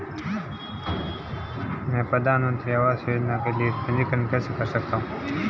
मैं प्रधानमंत्री आवास योजना के लिए पंजीकरण कैसे कर सकता हूं?